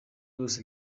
bose